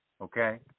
okay